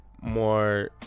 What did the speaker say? more